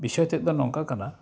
ᱵᱤᱥᱚᱭᱛᱮᱫ ᱫᱚ ᱱᱚᱝᱠᱟ ᱠᱟᱱᱟ